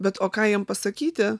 bet o ką jiem pasakyti